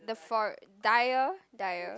the for